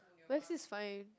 West is fine